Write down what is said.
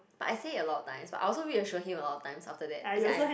but I say a lot of times but I also reassure him a lot of times after that as in I